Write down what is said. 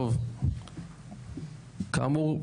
כאמור,